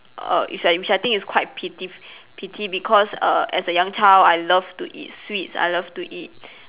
err is like which I think it's quite pitif~ pity because err as a young child I love to eat sweets I love to eat